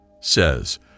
Says